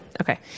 okay